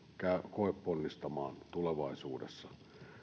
koeponnistamaan tulevaisuudessa